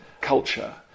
culture